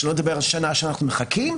שלא לדבר על שנה שאנחנו מחכים,